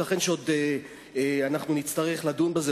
ייתכן שעוד נצטרך לדון בזה,